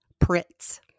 Pritz